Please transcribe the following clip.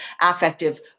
affective